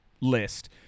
list